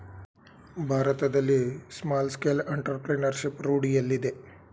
ಭಾರತದಲ್ಲಿ small scale entrepreneurship ರೂಢಿಯಲ್ಲಿದೆ